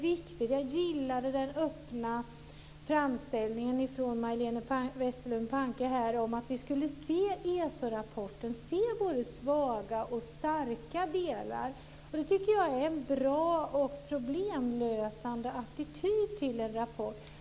Jag gillade den öppna framställning Majléne Westerlund Panke gjorde, att vi skulle se både svaga och starka delar i ESO-rapporten. Det tycker jag är en bra och problemlösande attityd till en rapport.